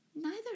Neither